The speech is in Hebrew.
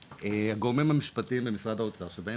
הגורמים המשפטיים במשרד האוצר שבאים